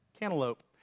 cantaloupe